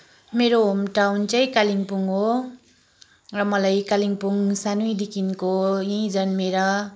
मेरो home town चाहिँ कालिम्पोङ हो र मलाई कालिम्पोङ सानैदेखिको यहीँ जन्मिएर